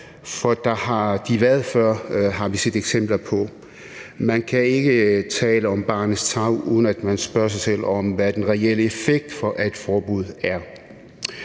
for vi har set eksempler på, at de har været der før. Man kan ikke tale om barnets tarv, uden man spørger sig selv om, hvad den reelle effekt af et forbud er.